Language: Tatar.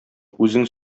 үзең